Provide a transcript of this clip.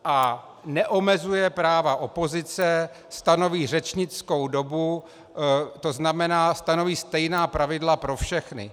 A neomezuje práva opozice stanoví řečnickou dobu, to znamená stanoví stejná pravidla pro všechny.